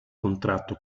contratto